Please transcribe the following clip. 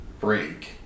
break